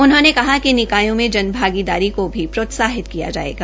उन्होंने कहा कि निकायों मे जन भागीदारी को भी प्रोत्साहित किया जायेगा